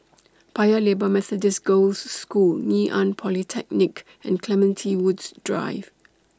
Paya Lebar Methodist Girls' School Ngee Ann Polytechnic and Clementi Woods Drive